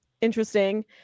interesting